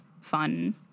fun